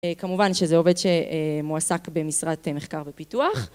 כמובן שזה עובד שמועסק במשרת מחקר ופיתוח